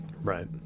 right